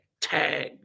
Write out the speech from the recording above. tag